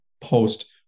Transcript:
post